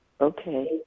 Okay